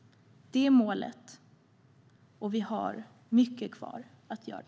Det är målet, och vi har mycket kvar att göra.